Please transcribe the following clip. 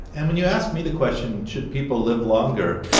and when you ask me the question, should people live longer?